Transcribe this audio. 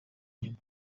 nyuma